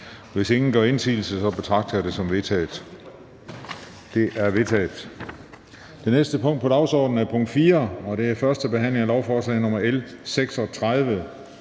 Hvis ingen gør indsigelse, betragter jeg det som vedtaget. Det er vedtaget. --- Det næste punkt på dagsordenen er: 4) 1. behandling af lovforslag nr. L 36: